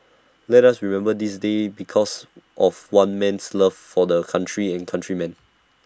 let us remember this day because of one man's love for the country and countrymen